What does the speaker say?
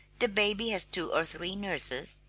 the baby has two or three nurses.